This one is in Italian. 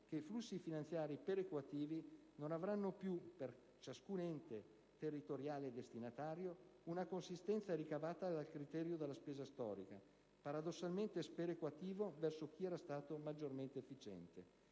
che i flussi finanziari perequativi non avranno più, per ciascun ente territoriale destinatario, una consistenza ricavata dal criterio della spesa storica, paradossalmente sperequativo verso chi era stato maggiormente efficiente.